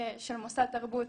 של מוסד תרבות